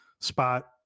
spot